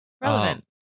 Relevant